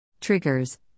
Triggers